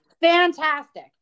Fantastic